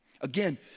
Again